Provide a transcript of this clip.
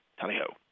tally-ho